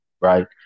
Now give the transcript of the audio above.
Right